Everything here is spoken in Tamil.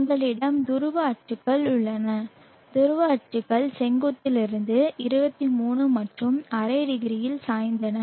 எங்களிடம் துருவ அச்சுகள் உள்ளன துருவ அச்சுகள் செங்குத்திலிருந்து 23 மற்றும் அரை டிகிரியில் சாய்ந்தன